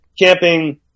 camping